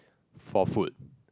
for food